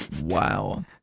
wow